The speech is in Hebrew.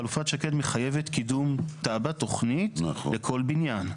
חלופת שקד מחייבת קידום תב"ע (תוכנית לבניין עיר) תוכנית לכל בניין.